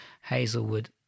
Hazelwood